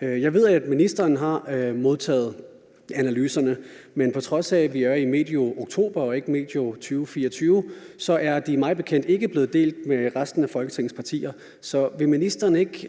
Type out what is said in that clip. Jeg ved, at ministeren har modtaget analyserne, men på trods af at vi er i medio oktober og ikke medio 2024, er de mig bekendt ikke blevet delt med resten af Folketingets partier. Så vil ministeren ikke